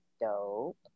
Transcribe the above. dope